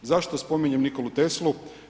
Zašto spominjem Nikolu Teslu?